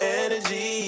energy